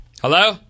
Hello